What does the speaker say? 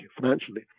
financially